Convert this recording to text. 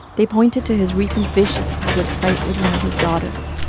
they pointed to his recent vicious, public fight with one of his daughters.